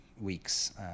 weeks